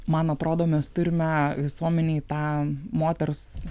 man atrodo mes turime visuomenėj tą moters